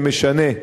זה משנה.